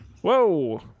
Whoa